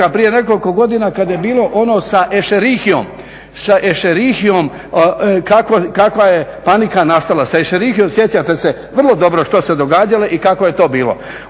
prije nekoliko godina kad je bilo ono sa escherichiom, kakva je panika nastala sa escherichiom, sjećate se vrlo dobro što se događalo i kako je to bilo.